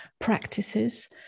practices